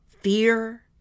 fear